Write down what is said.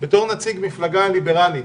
מפלגה ליברלית,